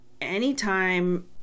anytime